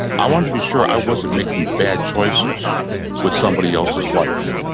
i wanted to be sure i wasn't making bad choices with somebody else's life.